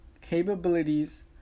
capabilities